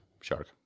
shark